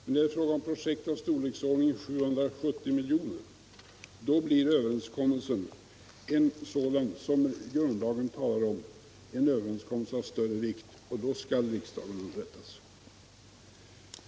Men är det fråga om projekt av storleksordningen 770 milj.kr. blir överenskommelsen en sådan som grundlagen talar om, en överenskommelse av större vikt, och då skall riksdagen underrättas.